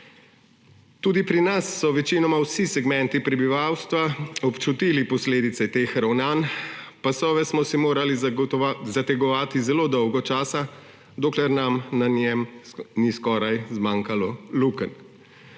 Tudi pri nas so večinoma vsi segmenti prebivalstva občutili posledice teh ravnanj. Pasove smo si morali zategovati zelo dolgo časa, dokler nam na njem ni skoraj zmanjkalo lukenj.